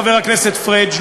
חבר הכנסת פריג',